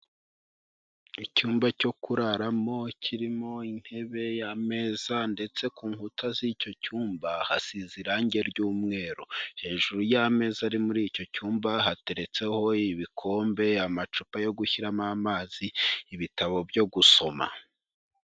Icyumba cyo kuraramo kirimo intebe, ameza, ndetse ku nkuta z'icyo cyumba hasize irangi ry'umweru. Hejuru y'ameza ari muri icyo cyumba hateretseho ibikombe, amacupa yo gushyiramo amazi, ibitabo byo gusoma.